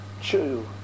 chew